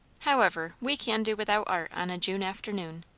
however, we can do without art on a june afternoon.